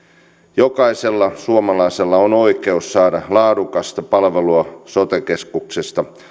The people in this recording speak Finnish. jokaisella suomalaisella on oikeus saada laadukasta palvelua sote keskuksesta